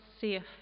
safe